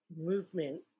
movement